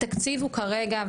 התקציב הוא כרגע,